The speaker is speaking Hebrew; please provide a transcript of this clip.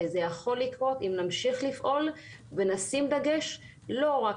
וזה יכול לקרות אם נמשיך לפעול ונשים דגש לא רק